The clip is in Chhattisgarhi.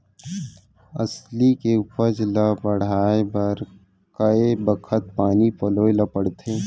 अलसी के उपज ला बढ़ए बर कय बखत पानी पलोय ल पड़थे?